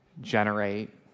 generate